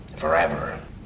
forever